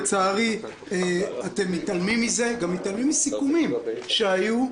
לצערי אתם מתעלמים מזה, גם מתעלמים מסיכומים שהיו,